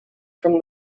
from